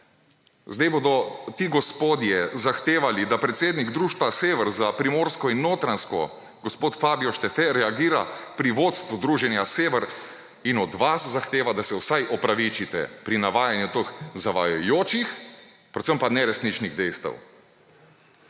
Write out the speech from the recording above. Zdaj bodo ti gospodje zahtevali, da predsednik Društva Sever za Primorsko in Notranjsko gospod Fabio Steffč reagira pri vodstvu Združenja Sever in od vas zahteva, da se vsaj opravičite pri navajanju teh zavajajočih, predvsem pa neresničnih dejstev.